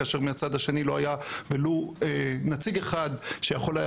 כאשר מהצד השני לא היה ולו נציג אחד מהאקדמיה,